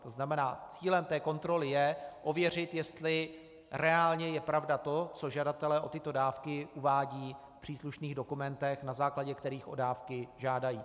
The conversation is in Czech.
To znamená, cílem té kontroly je ověřit, jestli reálně je pravda to, co žadatelé o tyto dávky uvádějí v příslušných dokumentech, na základě kterých o dávky žádají.